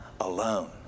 alone